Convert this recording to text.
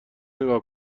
نگاه